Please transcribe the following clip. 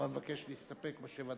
אבל אני מבקש להסתפק בשבע הדקות.